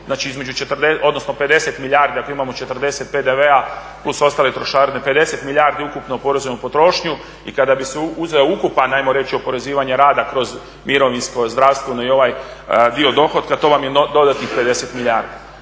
40, odnosno 50 milijardi ako imamo 40 PDV-a plus ostale trošarine 50 milijardi ukupno ako oporezujemo potrošnju i kada bi se uzeo ukupan ajmo reći oporezivanje rada kroz mirovinsko, zdravstveno i ovaj dio dohotka to vam je dodatnih 50 milijardi.